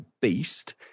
beast